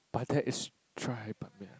but that is dry Ban-Mian